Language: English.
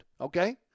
Okay